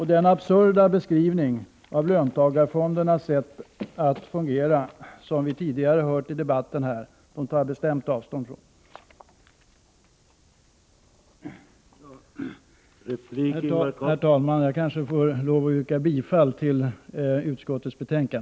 Den absurda beskrivning av löntagarfondernas sätt att fungera som vi har hört tidigare i debatten tar jag bestämt avstånd från. Herr talman! Jag får kanske yrka bifall till utskottets hemställan.